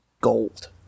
gold